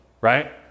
right